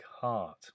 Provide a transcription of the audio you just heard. heart